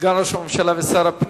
סגן ראש הממשלה ושר הפנים,